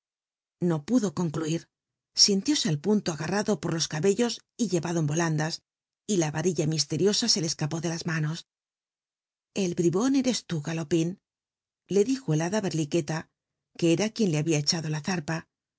no pudo concluí sinlióse al punto agarrado por los biblioteca nacional de españa abcll os y llevado en rolandas y la varilla misteriosa se le escapó de las manos el bribon eres lit galorin le dijo el hada bcrliijiicla que era c ui n le haltia echado la arpa